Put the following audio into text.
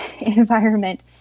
environment